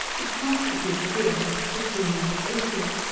which constituted the evidence that plumies existed.